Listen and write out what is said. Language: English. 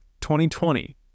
2020